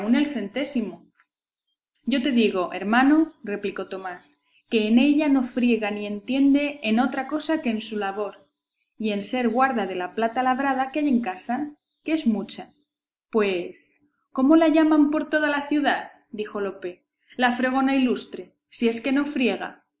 el centésimo yo te digo hermano replicó tomás que ella no friega ni entiende en otra cosa que en su labor y en ser guarda de la plata labrada que hay en casa que es mucha pues cómo la llaman por toda la ciudad dijo lope la fregona ilustre si es que no friega